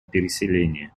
переселения